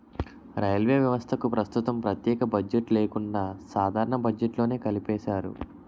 railway వ్యవస్థకు ప్రస్తుతం ప్రత్యేక బడ్జెట్ లేకుండా సాధారణ బడ్జెట్లోనే కలిపేశారు